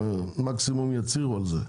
אבל מקסימום יצהירו על זה,